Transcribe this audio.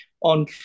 on